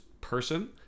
person